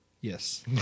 Yes